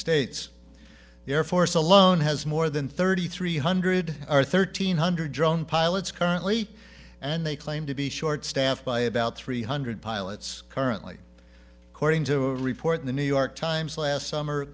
states the air force alone has more than thirty three hundred or thirteen hundred drone pilots currently and they claim to be short staffed by about three hundred pilots currently according to a report in the new york times last summer